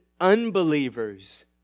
unbelievers